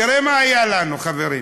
תראו מה היה לנו, חברים: